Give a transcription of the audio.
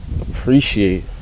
Appreciate